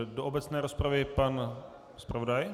Do obecné rozpravy pan zpravodaj.